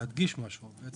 נפרדים לחלוטין.